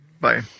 Bye